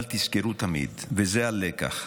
אבל תזכרו תמיד, וזה הלקח,